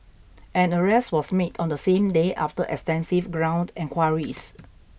an arrest was made on the same day after extensive ground enquiries